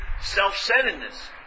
self-centeredness